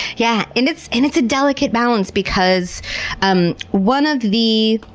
yeah, and it's and it's a delicate balance because um one of the.